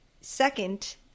second